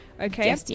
Okay